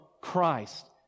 Christ